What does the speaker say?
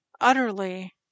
utterly